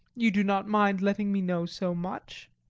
you do not mind letting me know so much.